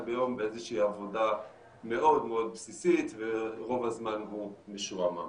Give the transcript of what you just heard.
ביום באיזה שהיא עבודה מאוד מאוד בסיסית ורוב הזמן הוא משועמם.